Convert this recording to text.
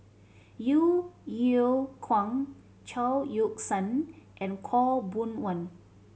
Yeo Yeow Kwang Chao Yoke San and Khaw Boon Wan